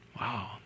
Wow